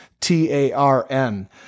T-A-R-N